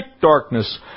darkness